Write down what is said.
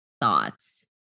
thoughts